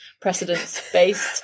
precedence-based